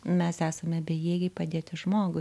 mes esame bejėgiai padėti žmogui